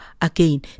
again